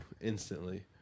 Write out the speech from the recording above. instantly